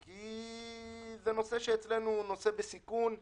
כי זה נושא שהוא נושא בסיכון אצלנו.